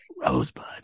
Rosebud